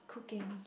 cooking